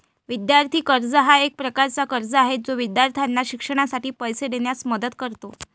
विद्यार्थी कर्ज हा एक प्रकारचा कर्ज आहे जो विद्यार्थ्यांना शिक्षणासाठी पैसे देण्यास मदत करतो